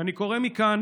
ואני קורא מכאן,